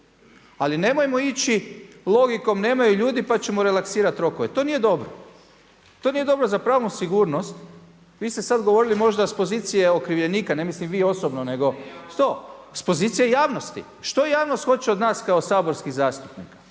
Ali nemojmo ići logikom nemaju ljudi, pa ćemo relaksirati rokove. To nije dobro. To nije dobro za pravnu sigurnost. Vi ste sad govorili možda s pozicije okrivljenika, ne mislim vi osobno, nego što? S pozicije javnosti. Što javnost hoće od nas kao saborskih zastupnika?